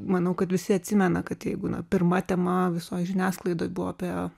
manau kad visi atsimena kad jeigu ne pirma tema visoj žiniasklaidoj buvo apie